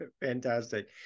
Fantastic